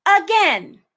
again